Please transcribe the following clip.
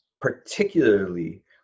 particularly